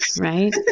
right